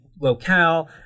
locale